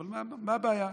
אבל מה הבעיה?